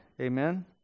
Amen